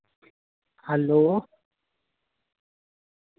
hello